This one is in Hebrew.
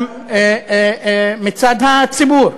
גם מצד הציבור.